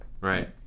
Right